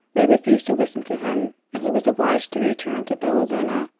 they refused to listen to him, and he was obliged to return to bellinzona,